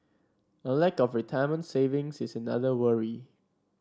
a lack of retirement savings is another worry